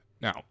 Now